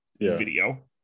video